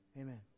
Amen